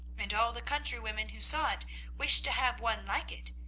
and all the countrywomen who saw it wished to have one like it.